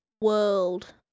world